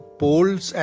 polls